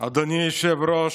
אדוני היושב-ראש,